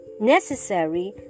necessary